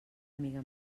amiga